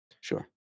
Sure